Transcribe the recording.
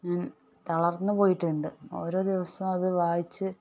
ഞാൻ തളർന്ന് പോയിട്ടുണ്ട് ഓരോ ദിവസം അത് വായിച്ച്